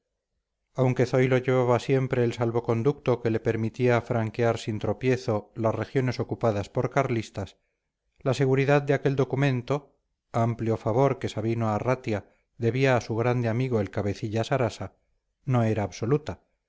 aunque zoilo llevaba siempre el salvoconducto que le permitía franquear sin tropiezo las regiones ocupadas por carlistas la seguridad de aquel documento amplio favor que sabino arratia debía a su grande amigo el cabecilla sarasa no era absoluta